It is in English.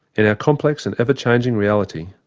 in our complex and ever-changing reality,